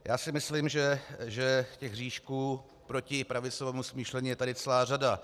Já si myslím, že těch hříšků proti pravicovému smýšlení je tady celá řada.